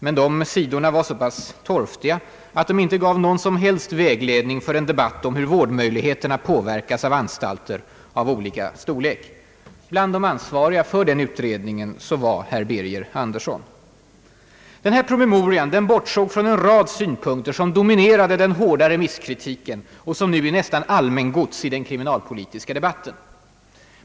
Men de sidorna var så pass torftiga, att de inte gav någon som helst vägledning för en debatt om hur vårdmöjligheterna påverkas av anstalter av olika storlek. Bland de ansvariga för den utredningen var herr Birger Andersson. Denna promemoria bortsåg från en rad synpunkter, som dominerade den hårda remisskritiken och som nu är nästan allmängods i den kriminalpolitiska debatten.